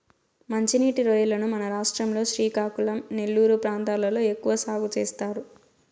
మంచి నీటి రొయ్యలను మన రాష్ట్రం లో శ్రీకాకుళం, నెల్లూరు ప్రాంతాలలో ఎక్కువ సాగు చేస్తారు